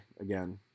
again